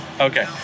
Okay